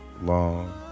long